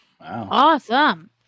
awesome